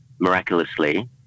miraculously